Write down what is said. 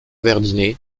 verdinet